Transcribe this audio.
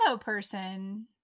person